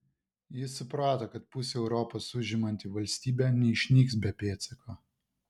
jis suprato kad pusę europos užimanti valstybė neišnyks be pėdsako